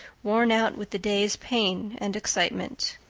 worn out with the day's pain and excitement.